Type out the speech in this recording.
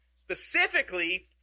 Specifically